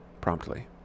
promptly